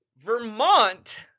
Vermont